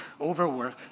overwork